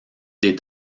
des